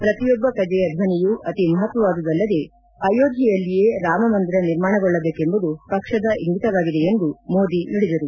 ಪ್ರತಿಯೊಬ್ಬ ಪ್ರಜೆಯ ಧ್ವನಿಯು ಅತಿ ಮಹತ್ವವಾದುದಲ್ಲದೇ ಅಯೋಧ್ವೆಯಲ್ಲಿಯೇ ರಾಮ ಮಂದಿರ ನಿರ್ಮಾಣಗೊಳ್ಳಬೇಕೆಂಬುದು ಪಕ್ಷದ ಇಂಗಿತವಾಗಿದೆ ಎಂದು ಮೋದಿ ನುಡಿದರು